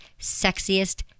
sexiest